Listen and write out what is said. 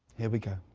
here we go.